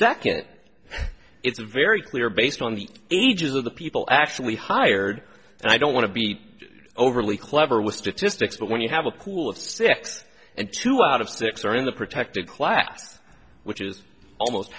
second it's very clear based on the ages of the people actually hired and i don't want to be overly clever with statistics but when you have a pool of six and two out of six are in the protected class which is almost